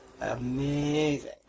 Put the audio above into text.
Amazing